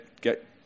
get